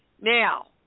Now